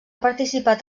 participat